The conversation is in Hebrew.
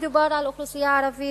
מדובר על אוכלוסייה ערבית,